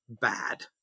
bad